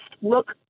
look